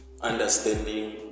Understanding